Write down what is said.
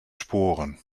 sporen